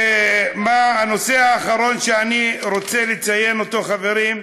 הנושא האחרון שאני רוצה לציין, חברים,